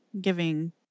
giving